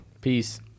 Peace